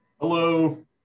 Hello